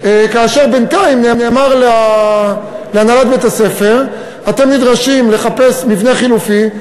ובינתיים נאמר להנהלת בית-הספר: אתם נדרשים לחפש מבנה חלופי,